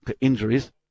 injuries